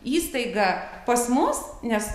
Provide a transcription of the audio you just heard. įstaigą pas mus nes